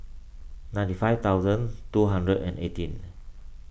ninety five thousand two hundred and eighteen